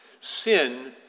Sin